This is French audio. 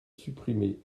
supprimer